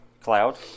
cloud